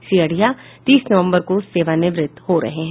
श्री अढ़िया तीस नवम्बर को सेवानिवृत्त हो रहे हैं